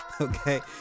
okay